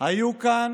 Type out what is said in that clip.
היו כאן